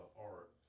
art